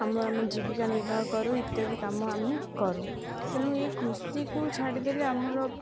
ଆମର ଆମେ ଜୀବିକା ନିର୍ବାହ କରୁ ଇତ୍ୟାଦି କାମ ଆମେ କରୁ ତେଣୁ ଏଇ କୃଷିକୁ ଛାଡ଼ିଦେଲେ ଆମର